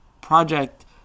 project